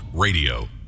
Radio